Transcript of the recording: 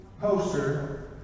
poster